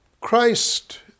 Christ